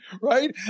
right